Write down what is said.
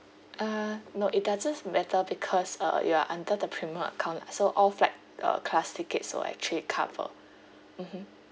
uh no it doesn't matter because uh you are under the premium account lah so all flight uh class tickets we'll actually cover mmhmm